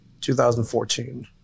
2014